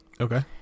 Okay